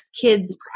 kids